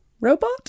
Robot